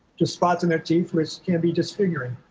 just spots in their teeth, which can be disfiguring.